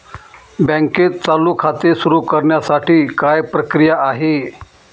बँकेत चालू खाते सुरु करण्यासाठी काय प्रक्रिया आहे?